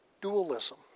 dualism